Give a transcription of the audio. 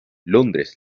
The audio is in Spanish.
londres